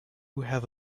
have